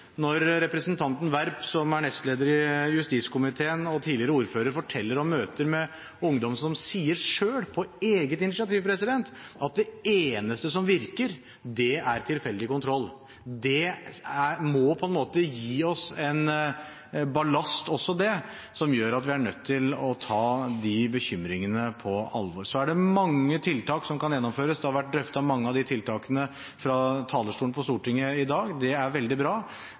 når representanten Werp, som er nestleder i justiskomiteen og tidligere ordfører, forteller om møter med ungdommer som sier selv, på eget initiativ, at det eneste som virker, er tilfeldig kontroll. Det må på en måte gi oss en balast, også det, som gjør at vi er nødt til å ta de bekymringene på alvor. Så er det mange tiltak som kan gjennomføres. Mange av de tiltakene har vært drøftet fra talerstolen på Stortinget i dag. Det er veldig bra,